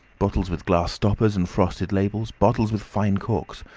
bottles with glass stoppers and frosted labels, bottles with fine corks,